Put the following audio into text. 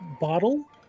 bottle